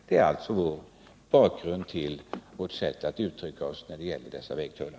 Detta är bakgrunden till vårt sätt att uttrycka oss när det gäller dessa vägtullar.